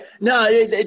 no